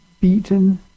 beaten